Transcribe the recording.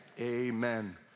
Amen